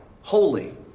holy